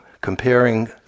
Comparing